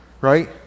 right